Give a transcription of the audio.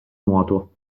nuoto